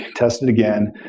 test it again.